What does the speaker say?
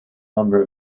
number